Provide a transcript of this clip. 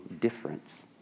difference